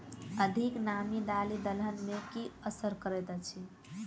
अधिक नामी दालि दलहन मे की असर करैत अछि?